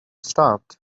stopped